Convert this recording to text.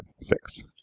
six